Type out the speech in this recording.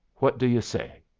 what do you say?